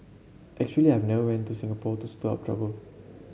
actually I never went to Singapore to stir up trouble